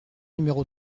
numéro